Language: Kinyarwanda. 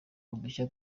udushya